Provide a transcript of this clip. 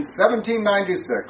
1796